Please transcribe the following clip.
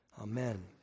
Amen